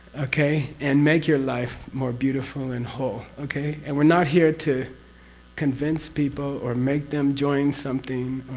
okay? and make your life more beautiful and whole okay? and we're not here to convince people or make them join something or.